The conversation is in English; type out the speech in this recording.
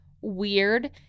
weird